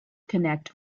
connect